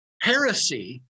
heresy